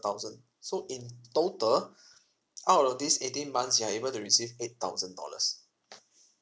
thousand so in total out of these eighteen months you are able to receive eight thousand dollars